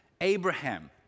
Abraham